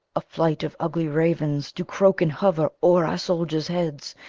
a flight of ugly ravens do croak and hover o'er our soldiers' heads,